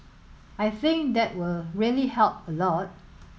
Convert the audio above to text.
I think that will really help a lot